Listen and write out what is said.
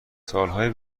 سالهای